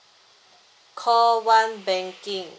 call one banking